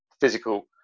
physical